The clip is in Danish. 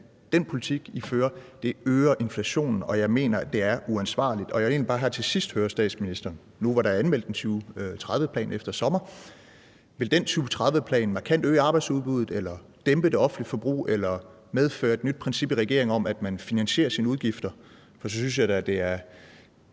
den politik, I fører, øger inflationen, og jeg mener, at det er uansvarligt. Jeg vil egentlig bare her til sidst høre statsministeren nu, hvor der er anmeldt en 2030-plan efter sommeren: Vil den 2030-plan markant øge arbejdsudbuddet eller dæmpe det offentlige forbrug eller medføre et nyt princip i regeringen om, at man finansierer sine udgifter? For så synes jeg da, at det er